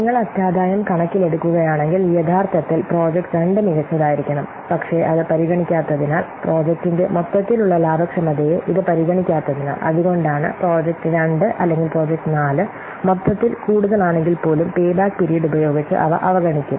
നിങ്ങൾ അറ്റാദായം കണക്കിലെടുക്കുകയാണെങ്കിൽ യഥാർത്ഥത്തിൽ പ്രോജക്റ്റ് 2 മികച്ചതായിരിക്കണം പക്ഷേ അത് പരിഗണിക്കാത്തതിനാൽ പ്രോജക്റ്റിന്റെ മൊത്തത്തിലുള്ള ലാഭക്ഷമതയെ ഇത് പരിഗണിക്കാത്തതിനാൽ അതുകൊണ്ടാണ് പ്രോജക്റ്റ് 2 അല്ലെങ്കിൽ പ്രോജക്റ്റ് 4 മൊത്തത്തിൽ കൂടുതൽ ആണെങ്കിൽ പോലും പേ ബാക്ക് പീരീഡ് ഉപയോഗിച്ച് അവ അവഗണിക്കും